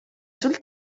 sul